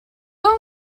هام